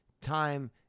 time